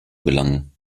gelangen